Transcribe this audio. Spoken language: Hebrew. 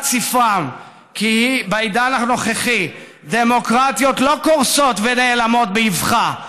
ספרם היא כי בעידן הנוכחי דמוקרטיות לא קורסות ונעלמות באבחה,